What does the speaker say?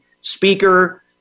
speaker